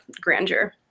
grandeur